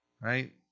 right